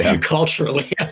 culturally